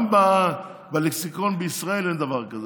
גם בלקסיקון בישראל אין דבר כזה.